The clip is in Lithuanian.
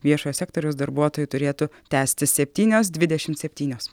viešojo sektoriaus darbuotojų turėtų tęstis septynios dvidešimt septynios